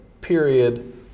period